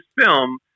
film